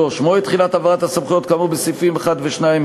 3. מועד תחילת העברת הסמכויות כאמור בסעיפים 1 ו-2,